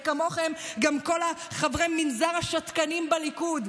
וכמוכם גם כל חברי מנזר השתקנים בליכוד.